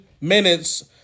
minutes